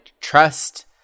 trust